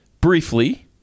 briefly